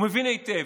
הוא מבין היטב.